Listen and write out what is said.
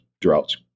droughts